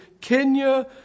Kenya